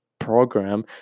program